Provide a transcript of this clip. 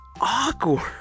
awkward